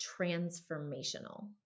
transformational